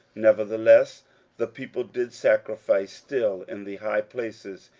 nevertheless the people did sacrifice still in the high places,